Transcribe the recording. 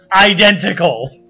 Identical